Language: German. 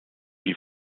die